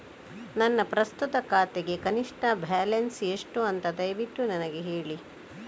ನನ್ನ ಪ್ರಸ್ತುತ ಖಾತೆಗೆ ಕನಿಷ್ಠ ಬ್ಯಾಲೆನ್ಸ್ ಎಷ್ಟು ಅಂತ ದಯವಿಟ್ಟು ನನಗೆ ಹೇಳಿ